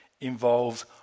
involves